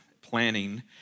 planning